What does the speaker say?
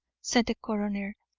said the coroner.